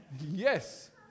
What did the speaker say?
Yes